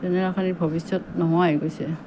জেনেৰেলখিনিৰ ভৱিষ্যত নোহোৱা হৈ গৈছে